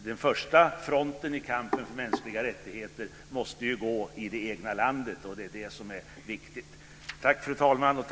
Den första fronten i kampen för mänskliga rättigheter måste gå i det egna landet. Det är det som är viktigt.